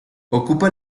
ocupa